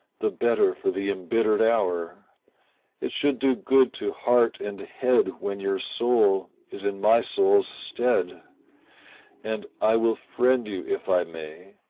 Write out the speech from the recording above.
the better for the embittered hour it should do good to heart and head when your soul is in my soul's stead and i will friend you, if i may,